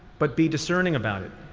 but be discerning about it.